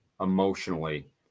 emotionally